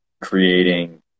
creating